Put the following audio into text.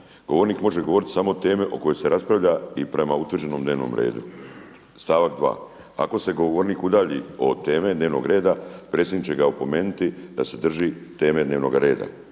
„Govornik može govoriti samo o temi o kojoj se raspravlja i prema utvrđenom dnevnom redu.“. Stavak 2. „Ako se govornik udalji od teme dnevnog reda predsjednik će ga opomenuti da se drži teme dnevnog reda.“.